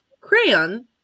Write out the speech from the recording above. crayon